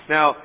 Now